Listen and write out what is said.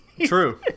True